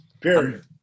period